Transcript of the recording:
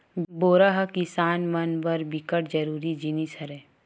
बोरा ह किसान मन बर बिकट जरूरी जिनिस हरय